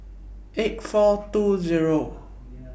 eight four two Zero